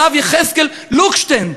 הרב יחזקאל לוקשטיין,